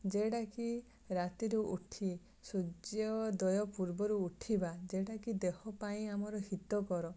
ଯେଉଁଟାକି ରାତିରୁ ଉଠି ସୂର୍ଯ୍ୟୋଦୟ ପୂର୍ବରୁ ଉଠିବା ଯେଉଁଟାକି ଦେହ ପାଇଁ ଆମର ହିତକର